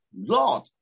Lord